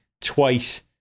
twice